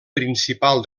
principal